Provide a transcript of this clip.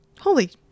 Holy